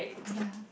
ya